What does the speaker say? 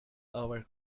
our